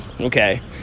okay